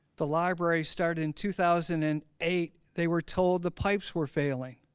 the library started in two thousand and eight they were told the pipes were failing.